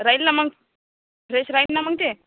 राहील ना मग फ्रेश राहील ना मग ते